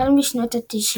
החל משנות ה-90